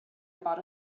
about